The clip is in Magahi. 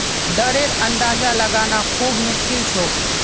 दरेर अंदाजा लगाना खूब मुश्किल छोक